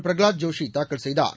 பிரகலாத் ஜோஷி தாக்கல் செய்தார்